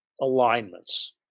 alignments